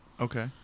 okay